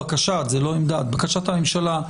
בקשת הממשלה,